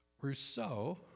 Rousseau